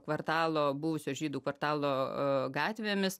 kvartalo buvusio žydų kvartalo gatvėmis